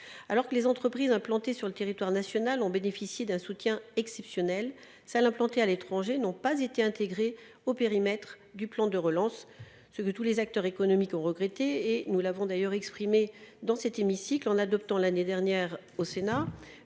Alors que les entreprises implantées sur le territoire national ont bénéficié d'un soutien exceptionnel, celles qui sont implantées à l'étranger n'ont pas été intégrées dans le périmètre du plan de relance. Tous les acteurs économiques l'ont regretté. Nous l'avons d'ailleurs déjà dit dans cet hémicycle en adoptant l'année dernière au Sénat,